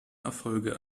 erfolge